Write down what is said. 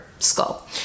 skull